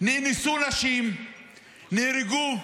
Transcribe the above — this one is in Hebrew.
נאנסו נשים, נהרגו,